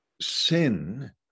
sin